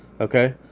okay